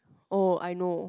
oh I know